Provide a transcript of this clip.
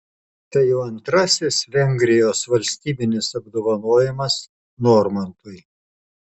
tai jau antrasis vengrijos valstybinis apdovanojimas normantui